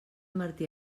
martí